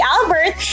Albert